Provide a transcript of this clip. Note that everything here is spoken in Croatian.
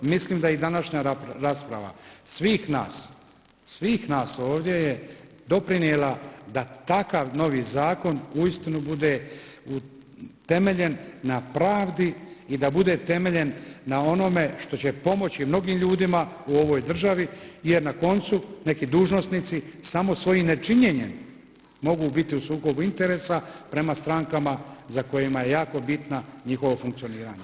Mislim da je i današnja rasprava svih nas, svih nas ovdje je doprinijela da takav novi zakon uistinu bude utemeljen na pravdi i da bude temeljen na onome što će pomoći mnogim ljudima u ovoj državi jer na koncu neki dužnosnici samo svojim nečinjenjem mogu biti u sukobu interesa prema strankama za kojima je jako bitno njihovo funkcioniranje.